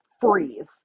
freeze